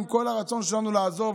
עם כל הרצון שלנו לעזור,